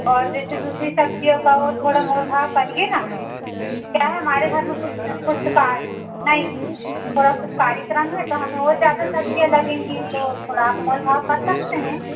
और जैसे दूसरी सब्जियों का वो थोड़ा मोल भाव करिए ना क्या है हमारे घर में कुछ कुछ कार नहीं थोड़ा कुछ कार्यक्रम है तो हमें और ज़्यादा सब्जियाँ लगेंगी तो थोड़ा आप मोल भाव कर सकते हैं